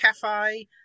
cafe